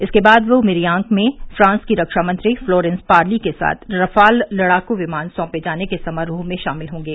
इसके बाद वे मेरिन्याक में फ्रांस की रक्षामंत्री फ्लोरेंस पार्ली के साथ रफाल लड़ाकू विमान सौपें जाने के समारोह में शामिल होंगे